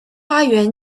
花园